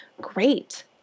great